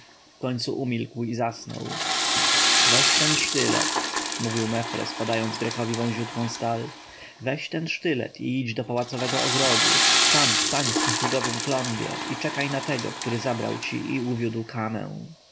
wkońcu umilkł i zasnął weź ten sztylet mówił mefres podając grekowi wąziutką stal weź ten sztylet i idź do pałacowego ogrodu tam stań w figowym klombie i czekaj na tego który zabrał ci i uwiódł kamę